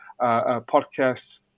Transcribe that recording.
podcasts